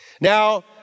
Now